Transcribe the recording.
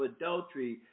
adultery